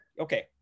Okay